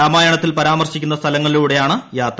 രാമായണത്തിൽ പരാമർശിക്കുന്ന സ്ഥലങ്ങളിലൂടെയാണ് യാത്ര